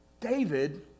David